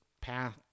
path